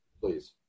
Please